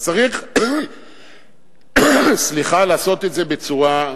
אז צריך לעשות את זה בצורה,